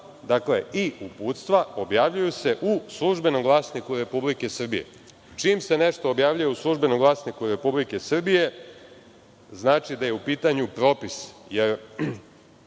naredbe i uputstva objavljuju se u „Službenom glasniku Republike Srbije“. Čim se nešto objavljuje u „Službenom glasniku Republike Srbije“ znači da je u pitanju propis,